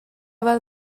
bat